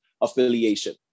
affiliation